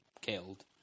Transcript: killed